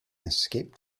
escaped